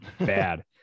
bad